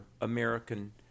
American